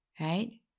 right